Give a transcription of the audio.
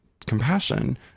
compassion